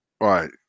Right